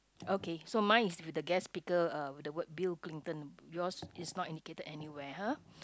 okay so mine is with the guest speaker uh with the word Bill-Clinton yours is not indicated anywhere [huh]